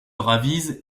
ravise